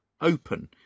open